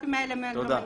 הכספים האלה לא מנוצלים.